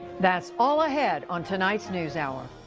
that's all ahead on tonight's news hour.